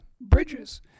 bridges